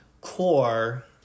core